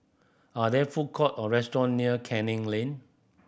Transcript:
are there food court or restaurant near Canning Lane